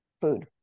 food